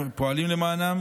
פועלים למענם